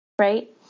right